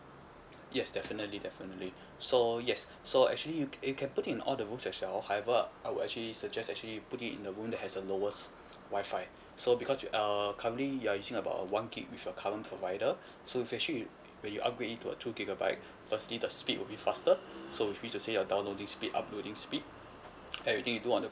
yes definitely definitely so yes so actually you ca~ you can put in all the room as well however I will actually suggest actually put it in a room that has a lowest WI-FI so because you uh currently you are using about one gig with your current provider if actually when you upgrade to a two gigabyte firstly the speed will be faster so which means to say your downloading speed uploading speed everything you do on the